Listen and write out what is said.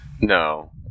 No